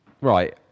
Right